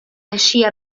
eixir